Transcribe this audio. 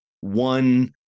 one